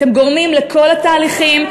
אתם גורמים לכל התהליכים,